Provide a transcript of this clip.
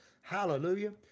Hallelujah